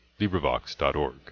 LibriVox.org